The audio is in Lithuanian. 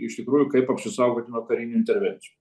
iš tikrųjų kaip apsisaugoti nuo karinių intervencijų